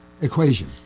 equation